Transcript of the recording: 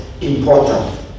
important